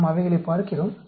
நாம் அவைகளைப் பார்க்கிறோம்